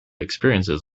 experiences